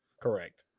Correct